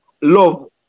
love